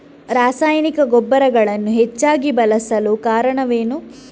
ರಾಸಾಯನಿಕ ಗೊಬ್ಬರಗಳನ್ನು ಹೆಚ್ಚಾಗಿ ಬಳಸಲು ಕಾರಣವೇನು?